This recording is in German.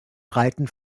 breiten